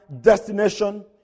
destination